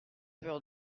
peur